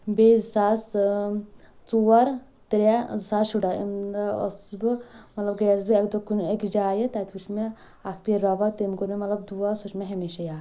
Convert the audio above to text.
بیٚیہِ زٕ ساس ژور ترٛے زٕ ساس شُراہ اَمہِ دۄہ أسٕس بہٕ مطلب گٔیَس بہٕ اکہِ دۄہ کُنے أکِس جایہِ تَتہِ وٕچھ مےٚ اتھ پیٖر بابا تٔمۍ کوٚر مےٚ مطلب دُعا سُہ چُھ مےٚ ہمیشہٕ یاد